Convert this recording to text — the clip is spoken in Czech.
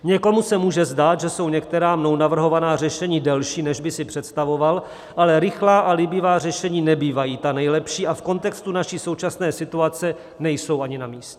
Někomu se může zdát, že jsou některá mnou navrhovaná řešení delší, než by si představoval, ale rychlá a líbivá řešení nebývají ta nejlepší a v kontextu naší současné situace nejsou ani namístě.